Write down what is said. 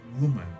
woman